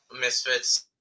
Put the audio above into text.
Misfits